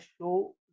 show